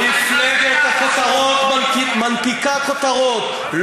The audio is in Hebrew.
מפלגת הכותרות מנפיקה כותרות,